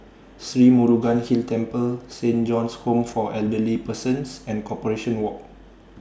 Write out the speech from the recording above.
Sri Murugan Hill Temple Saint John's Home For Elderly Persons and Corporation Walk